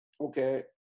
Okay